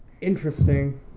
Interesting